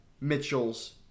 Mitchell's